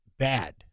bad